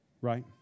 Right